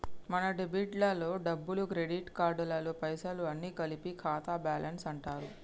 మన డెబిట్ లలో డబ్బులు క్రెడిట్ కార్డులలో పైసలు అన్ని కలిపి ఖాతా బ్యాలెన్స్ అంటారు